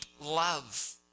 love